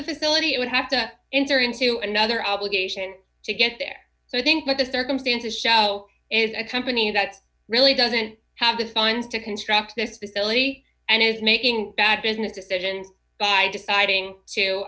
the facility it would have to enter into another obligation to get there so i think that the circumstances show if a company that really doesn't have to finds to construct this billy and is making bad business decisions deciding